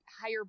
higher